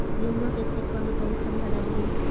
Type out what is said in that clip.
गेहुआ के खेतवा में कौन खदबा डालिए?